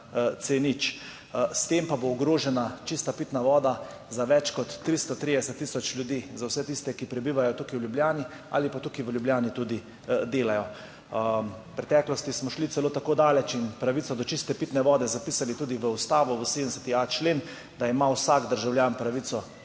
C0, s tem pa bo ogrožena čista pitna voda za več kot 330 tisoč ljudi, za vse tiste, ki prebivajo tukaj v Ljubljani ali pa tukaj v Ljubljani tudi delajo. V preteklosti smo šli celo tako daleč in pravico do čiste pitne vode zapisali tudi v Ustavo, v 70.a člen, da ima vsak državljan pravico